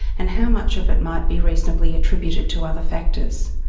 and how much of it might be reasonably attributed to other factors.